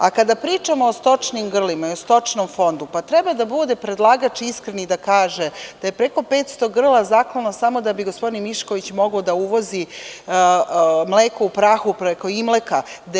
A kada pričamo o stočnim grlima, stočnom fondu, treba da bude predlagač iskren i da kaže da je preko 500 grla zaklano samo da bi gospodin Mišković mogao da uvozi mleko u prahu preko Imleka.